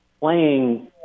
playing